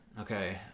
Okay